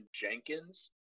Jenkins